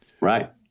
right